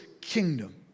kingdom